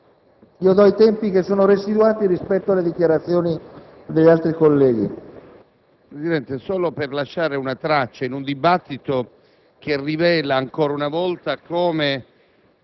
facoltà per un minuto. Concedo i tempi che sono residuati rispetto alle dichiarazioni degli altri colleghi.